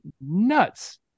nuts